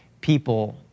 people